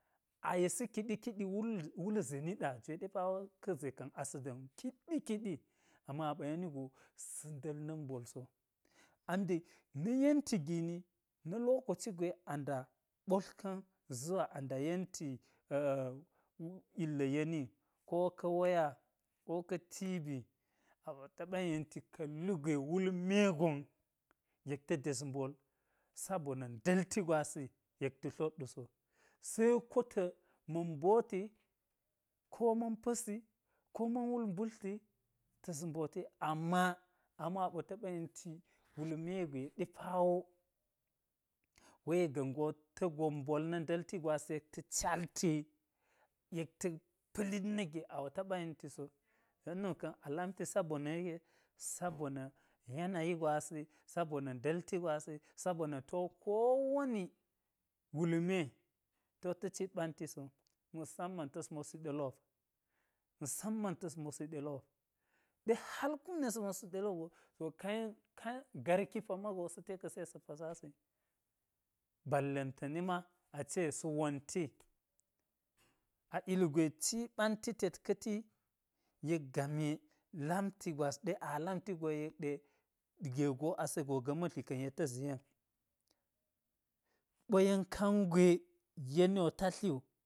A yisi kiɗi kiɗi wul wul ze niɗa, jwe ɗe pa we ka̱ ze ka̱n asa̱ da̱mi wu kiɗi kiɗi, ama aɓa yeni go sa̱ nda̱l na̱k mbol so, an de na̱ yenti gini na̱ lokoci a ɓotlka̱n zuwa a nda yenti illa̱ yeni ka̱ waya ko ka̱ tibi a ɓo taɓa yenti ka̱ lu gwe wulme gon yek ta̱ ndes mbol sabona̱ nda̱lti gwasi yek tlot wu so. Seko ta̱ ma̱n mboti ko ma̱n pa̱si ko ma̱n wul mbutli ta̱s mboti ama a mo a ɓo taɓa yenti wulme gwe ɗe pa wo we ga̱n go ta̱ gop mbol na̱ nda̱lti gwasi yek ta̱ calti yek ta̱ pa̱lit na̱k ge a ɓo taɓa yenti so. Don nuka̱n a lamti sabona̱ yeke? Sabona̱ yanayi gwasi sabona̱ nda̱lti gwasi sabona̱ ti wo ko woni wulme ti wo ta̱ cit ɓanti so musamman ta̱s mosi ɗe lop, musamman ta̱s mosi ɗe lop. Ɗe hal kun ɗe sa̱ mosi ɗelop go to ka yen ka yen garki mago sa te ka̱si yek sa̱ pasasi balla̱ntane ma ace sa̱ wonti. A ilgwe ci ɓanti tet ka̱ti yek game lamti gwas ɗe a lamti gwas go yek ɗe ge go ase ga̱ ma̱dli ka̱n yek ta̱ zi yen ɓo yen kangwe yeni wo ta tli wu